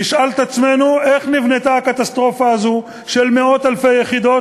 נשאל את עצמנו איך נבנתה הקטסטרופה הזו של מאות-אלפי יחידות